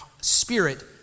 spirit